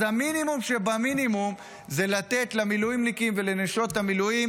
אז המינימום שבמינימום זה לתת למילואימניקים ולנשות המילואים